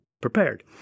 Prepared